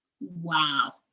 Wow